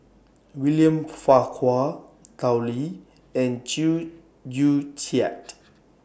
William Farquhar Tao Li and Chew Joo Chiat